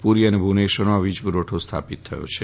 પુરી અને ભુવનેશ્વરમાં વીજપુરવઠો સ્થાપિત થઇ ગયો છે